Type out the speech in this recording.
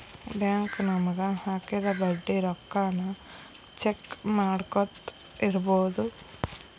bank ನಮಗ ಹಾಕಿದ ಬಡ್ಡಿ ರೊಕ್ಕಾನ ಚೆಕ್ ಮಾಡ್ಕೊತ್ ಇರ್ಬೊದು